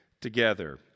together